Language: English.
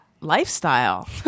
lifestyle